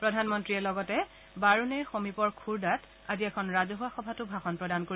প্ৰধানমন্ত্ৰীয়ে বাৰুনেইৰ সমীপৰ খুৰ্দাত আজি এখন ৰাজহুৱা সভাতো ভাষণ প্ৰদান কৰিব